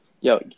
Yo